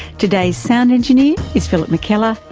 today's sound engineer is philip mckellar.